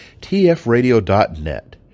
TFRadio.net